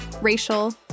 racial